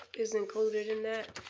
is included in that?